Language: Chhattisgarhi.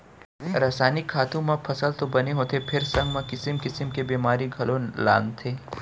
रसायनिक खातू म फसल तो बने होथे फेर संग म किसिम किसिम के बेमारी घलौ लानथे